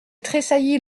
tressaillit